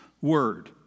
word